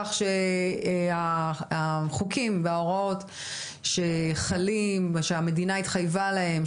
כך שהחוקים וההוראות שחלים ושהמדינה התחייבה להם,